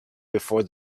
before